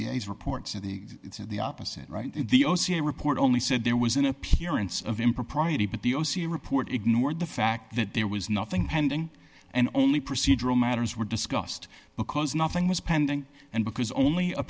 c s reports of the the opposite the o c a report only said there was an appearance of impropriety but the o c a report ignored the fact that there was nothing pending and only procedural matters were discussed because nothing was pending and because only